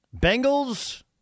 Bengals